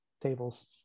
table's